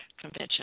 Convention